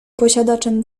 posiadaczem